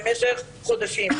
במשך חודשים.